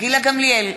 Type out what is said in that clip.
גילה גמליאל,